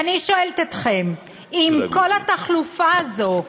ואני שואלת אתכם: עם כל התחלופה הזאת,